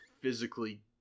physically